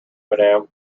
madam